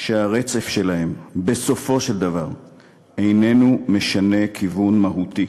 שהרצף שלהם בסופו של דבר איננו משנה כיוון מהותי,